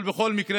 אבל בכל מקרה,